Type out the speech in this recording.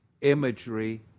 imagery